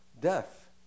death